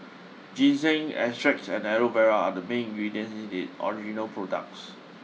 ginseng extracts and Aloe Vera are the main ingredients in its original products